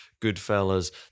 Goodfellas